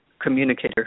communicator